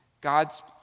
God's